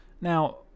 Now